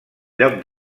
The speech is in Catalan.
lloc